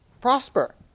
Prosper